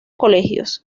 colegios